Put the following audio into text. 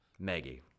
maggie